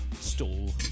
stall